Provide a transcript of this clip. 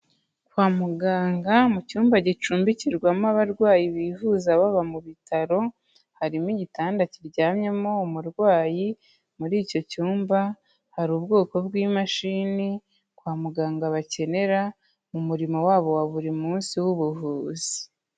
Kwa muganga mu cyumba gicumbikirwamo abarwayi bivuza baba mu bitaro, harimo igitanda kiryamyemo umurwayi, muri icyo cyumba hari ubwoko bw'imashini kwa muganga bakenera mu murimo wabo wa buri munsi w'ubuvuzi.